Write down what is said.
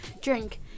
drink